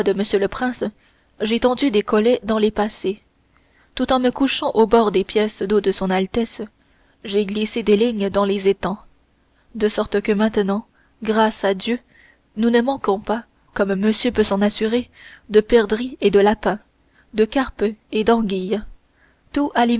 le prince j'ai tendu des collets dans les passées tout en me couchant au bord des pièces d'eau de son altesse j'ai glissé des lignes dans les étangs de sorte que maintenant grâce à dieu nous ne manquons pas comme monsieur peut s'en assurer de perdrix et de lapins de carpes et d'anguilles tous